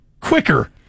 Quicker